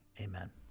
amen